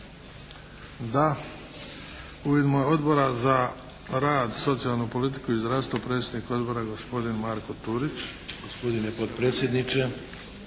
Da. U ime Odbora za rad, socijalnu politiku i zdravstvo predsjednik odbora gospodin Marko Turić.